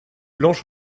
blanche